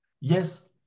Yes